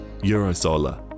Eurosolar